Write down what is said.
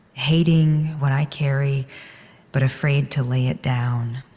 hating what i carry but afraid to lay it down,